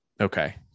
Okay